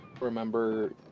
remember